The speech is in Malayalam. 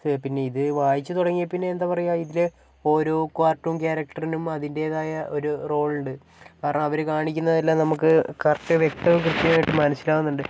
പിന്നെ ഇത് വായിച്ചു തുടങ്ങിയതിൽ പിന്നെ എന്താ പറയുക ഇതിൽ ഓരോ കാർട്ടൂൺ ക്യാരറ്ററിനും അതിന്റേതായ ഒരു റോൾ ഉണ്ട് കാരണം അവർ കാണിക്കുന്നതെല്ലാം നമുക്ക് കറക്ട് വ്യക്തവും കൃത്യവുമായിട്ട് മനസ്സിലാവുന്നുണ്ട്